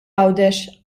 għawdex